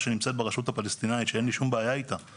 הגדולים אלא דווקא לאלה שהם תעשיות אחרות.